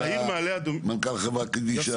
מנכ"ל חברת קדישה.